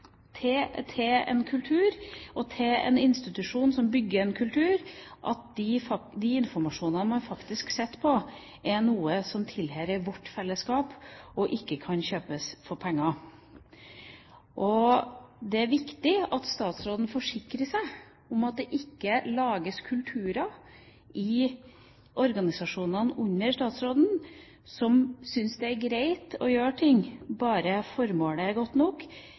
til en kultur, og til en institusjon som bygger en kultur, om at den informasjonen man faktisk sitter på, er noe som tilhører vårt fellesskap, og som ikke kan kjøpes for penger. Det er viktig at statsråden forsikrer seg om at det ikke lages kulturer i organisasjonene under statsråden som syns det er greit å gjøre ting bare formålet er godt nok,